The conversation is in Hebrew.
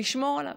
לשמור עליו.